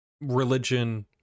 religion